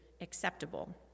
acceptable